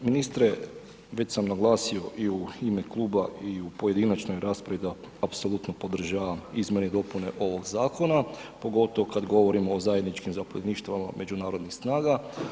Ministre, već sam naglasio i u ime kluba i u pojedinačnoj raspravi da apsolutno podržavam izmjene i dopune ovog zakona, pogotovo kad govorimo o zajedničkom zapovjedništvom međunarodnih snaga.